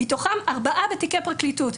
מתוכם ארבעה בתיקי פרקליטות.